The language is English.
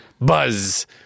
Buzz